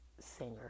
singer